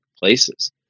places